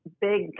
big